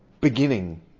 beginning